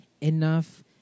enough